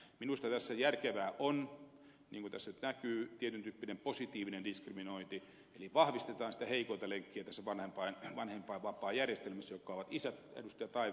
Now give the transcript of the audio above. minusta tässä järkevää on niin kuin tässä nyt näkyy tietyntyyppinen positiivinen diskriminointi eli vahvistetaan sitä heikointa lenkkiä tässä vanhempainvapaajärjestelmässä joka on isät